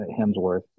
Hemsworth